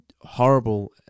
horrible